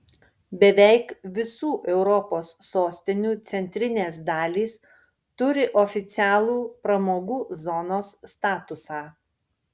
beveik visų europos sostinių centrinės dalys turi oficialų pramogų zonos statusą